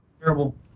terrible